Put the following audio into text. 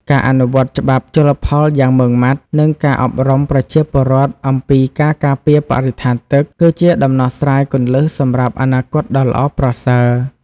ការអនុវត្តន៍ច្បាប់ជលផលយ៉ាងម៉ឺងម៉ាត់ និងការអប់រំប្រជាពលរដ្ឋអំពីការការពារបរិស្ថានទឹក គឺជាដំណោះស្រាយគន្លឹះសម្រាប់អនាគតដ៏ល្អប្រសើរ។